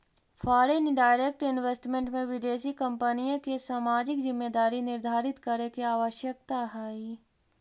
foreign direct investment में विदेशी कंपनिय के सामाजिक जिम्मेदारी निर्धारित करे के आवश्यकता हई